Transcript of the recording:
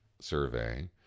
survey